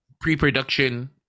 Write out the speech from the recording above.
pre-production